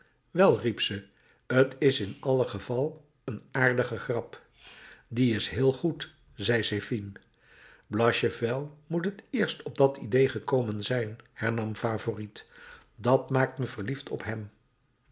wel riep ze t is in alle geval een aardige grap die is heel goed zei zephine blachevelle moet het eerst op dat idée gekomen zijn hernam favourite dat maakt me verliefd op hem